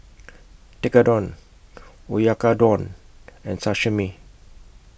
Tekkadon Oyakodon and Sashimi